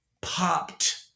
popped